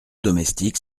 domestiques